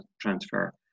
transfer